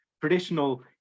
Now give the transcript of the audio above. traditional